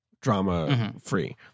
drama-free